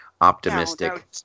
optimistic